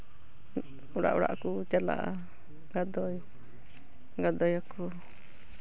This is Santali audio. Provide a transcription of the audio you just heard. ᱚᱲᱟᱜ ᱚᱲᱟᱜ ᱠᱚ ᱪᱟᱞᱟᱜᱼᱟ ᱜᱟᱫᱚᱭ ᱜᱟᱫᱚᱭ ᱟᱠᱚ